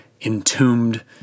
entombed